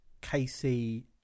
Casey